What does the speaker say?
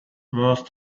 worse